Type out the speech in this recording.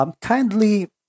kindly